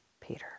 Peter